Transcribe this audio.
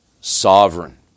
sovereign